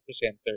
presenter